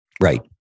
Right